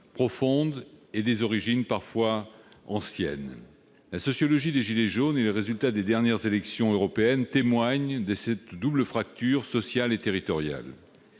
profondes et des origines parfois anciennes. La sociologie des « gilets jaunes » et les résultats des dernières élections européennes témoignent de cette double fracture sociale et territoriale.